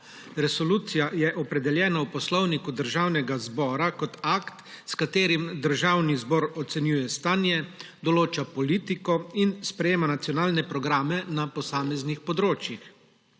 Resolucija je opredeljena v Poslovniku Državnega zbora kot akt, s katerim Državni zbor ocenjuje stanje, določa politiko in sprejema nacionalne programe na posameznih področjih.